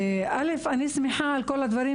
אני שמחה על הדברים